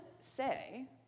say